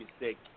mistake